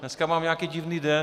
Dneska mám nějaký divný den.